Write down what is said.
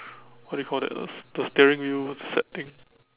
what do you call that the the steering wheel set thing